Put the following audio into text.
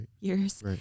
years